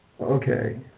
Okay